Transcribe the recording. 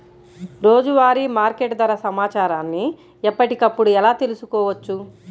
రోజువారీ మార్కెట్ ధర సమాచారాన్ని ఎప్పటికప్పుడు ఎలా తెలుసుకోవచ్చు?